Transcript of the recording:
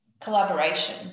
collaboration